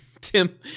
Tim